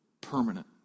permanent